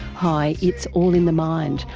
hi, it's all in the mind